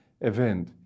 event